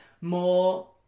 more